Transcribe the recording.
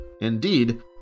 Indeed